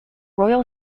royal